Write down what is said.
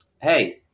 Hey